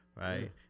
right